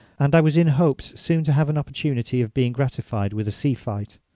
and i was in hopes soon to have an opportunity of being gratified with a sea-fight.